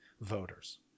voters